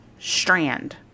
strand